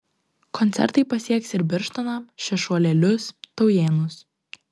koncertai pasieks ir birštoną šešuolėlius taujėnus